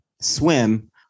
Swim